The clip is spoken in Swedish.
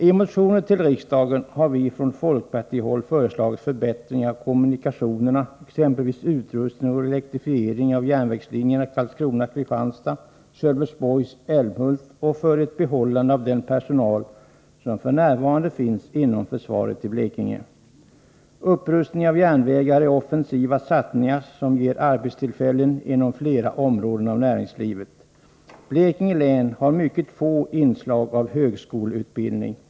I motioner till riksdagen har vi från folkpartihåll föreslagit förbättring av kommunikationerna, exempelvis upprustning och elektrifiering av järnvägslinjerna Karlskrona-Kristianstad och Sölvesborg-Älmhult, och uttalat oss för ett bibehållande av den personal som f. n. finns inom försvaret i Blekinge. Upprustning av järnvägar är offensiva satsningar, som ger arbetstillfällen inom flera områden av näringslivet. Blekinge län har mycket få inslag av högskoleutbildning.